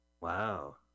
Wow